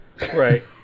right